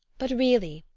but really,